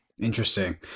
Interesting